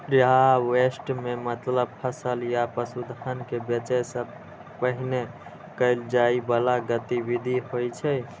preharvest के मतलब फसल या पशुधन कें बेचै सं पहिने कैल जाइ बला गतिविधि होइ छै